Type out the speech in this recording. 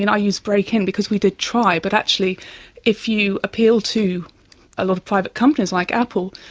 and i use break in because we did try, but actually if you appeal to a lot of private companies like apple,